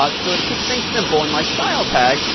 but so to keep things simple in my style tag,